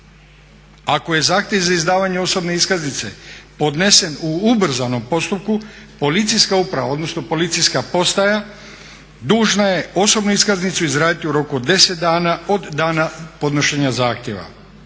Ako je zahtjev za izdavanje osobne iskaznice podnesen u ubrzanom postupku policijska uprava, odnosno policijska postaja dužna je osobnu iskaznicu izraditi u roku od 10 dana od dana podnošenja zahtjeva